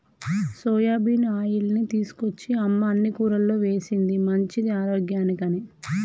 soybean ఆయిల్ని తీసుకొచ్చి అమ్మ అన్ని కూరల్లో వేశింది మంచిది ఆరోగ్యానికి అని